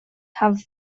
have